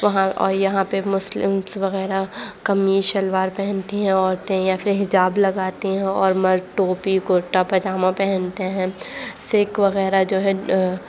وہاں اور یہاں پہ مسلمس وغیرہ قمیص شلوار پہنتی ہیں عورتیں یا پھر حجاب لگاتی ہیں عورتیں اور مرد ٹوپی کرتا پائجامہ پہنتے ہیں سکھ وغیرہ جو ہیں